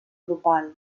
drupal